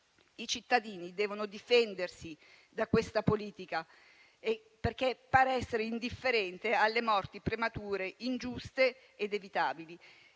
I cittadini devono quindi difendersi da questa politica, che pare indifferente alle morti premature, ingiuste ed evitabili.